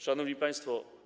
Szanowni Państwo!